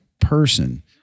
person